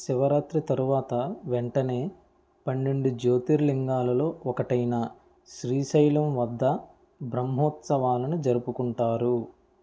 శివరాత్రి తరువాత వెంటనే పన్నెండు జ్యోతిర్లింగాలలో ఒకటైన శ్రీశైలం వద్ద బ్రహ్మోత్సవాలను జరుపుకుంటారు